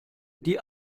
die